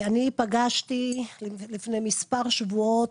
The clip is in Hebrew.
אני פגשתי, לפני מספר שבועות,